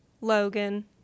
Logan